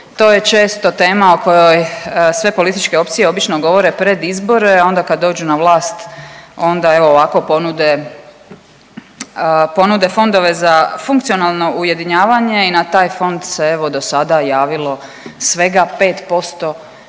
To je često tema o kojoj sve političke opcije obično govore pred izbore. Onda kad dođu na vlast onda evo ovako ponude fondove za funkcionalno ujedinjavanje i na taj fond se evo do sada javilo svega 5%